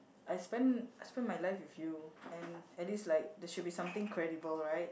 I spend I spend my life with you and at least like there should be something credible right